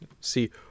See